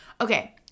Okay